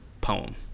poem